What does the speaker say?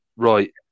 Right